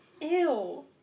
ew